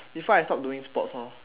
before I stopped doing sports lor